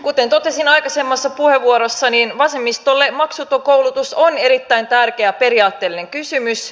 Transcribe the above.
kuten totesin aikaisemmassa puheenvuorossa vasemmistolle maksuton koulutus on erittäin tärkeä periaatteellinen kysymys